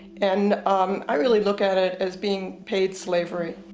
and i realy look at it as being paid slavery.